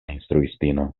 instruistino